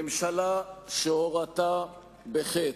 ממשלה שהורתה בחטא,